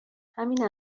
همین